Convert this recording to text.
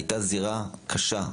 הייתה זירה קשה.